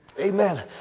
Amen